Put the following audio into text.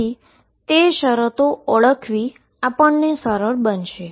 તેથી તે શરતો ઓળખવી સરળ થશે